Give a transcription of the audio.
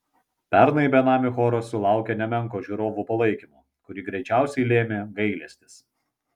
pernai benamių choras sulaukė nemenko žiūrovų palaikymo kurį greičiausiai lėmė gailestis